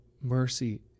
mercy